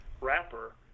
wrapper